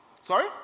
Sorry